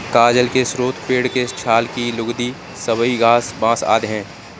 कागज के स्रोत पेड़ के छाल की लुगदी, सबई घास, बाँस आदि हैं